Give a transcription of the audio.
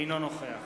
אינו נוכח